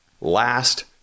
Last